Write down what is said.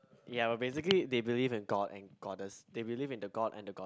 ya but basically they believe in God and Goddess they believe in the God and the God